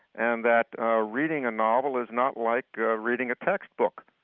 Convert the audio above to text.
and that ah reading a novel is not like ah reading a textbook,